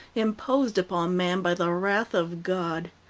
imposed upon man by the wrath of god.